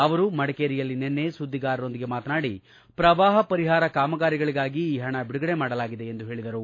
ಅವರು ಮಡಿಕೇರಿಯಲ್ಲಿ ನಿನ್ನೆ ಸುದ್ದಿಗಾರರೊಂದಿಗೆ ಮಾತನಾಡಿ ಪ್ರವಾಹ ಪರಿಹಾರ ಕಾಮಗಾರಿಗಳಿಗಾಗಿ ಈ ಹಣ ಬಿಡುಗಡೆ ಮಾಡಲಾಗಿದೆ ಎಂದು ಹೇಳಿದರು